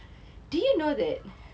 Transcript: do you know that